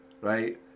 Right